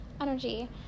energy